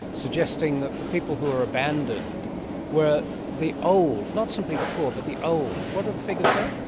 suggesting that the people who are abandoned were the old, not simply the poor but the old. what are the figures there?